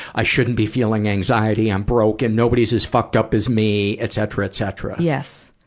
i shouldn't be feeling anxiety. i'm broken. nobody's as fucked up as me, etcetera, etcetera. yes.